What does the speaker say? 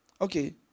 Okay